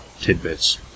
tidbits